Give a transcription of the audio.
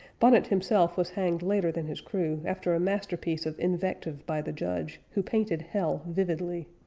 bonnet, himself, was hanged later than his crew, after a masterpiece of invective by the judge, who painted hell vividly.